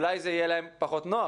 אולי זה יהיה להם פחות נוח,